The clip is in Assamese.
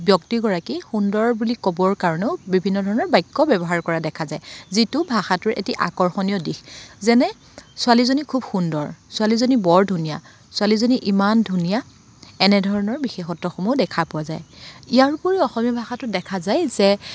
ব্যক্তিগৰাকী সুন্দৰ বুলি ক'বৰ কাৰণেও বিভিন্ন ধৰণৰ বাক্য ব্যৱহাৰ কৰা দেখা যায় যিটো ভাষাটোৰ এটি আকৰ্ষণীয় দিশ যেনে ছোৱালীজনী খুব সুন্দৰ ছোৱালীজনী বৰ ধুনীয়া ছোৱালীজনী ইমান ধুনীয়া এনেধৰণৰ বিশেষত্বসমূহ দেখা পোৱা যায় ইয়াৰ উপৰিও অসমীয়া ভাষাটোত দেখা যায় যে